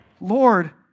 Lord